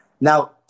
Now